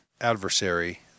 adversary